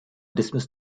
dismiss